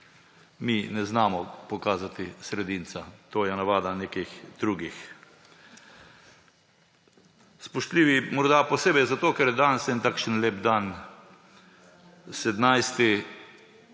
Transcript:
Mi ne znamo pokazati sredinca, to je navada nekih drugih. Spoštljivi morda posebej zato, ker je danes en takšen lep dan, 17.